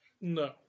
No